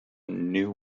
new